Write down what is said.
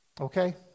okay